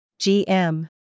GM